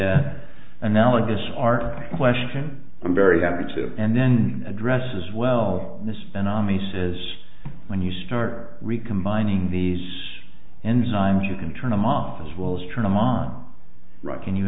analogous art question i'm very happy to and then address as well as an army says when you start recombining these enzymes you can turn them off as well as turn them on right can you